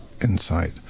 Insight